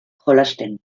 jolasten